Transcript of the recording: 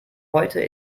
heute